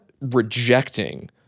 rejecting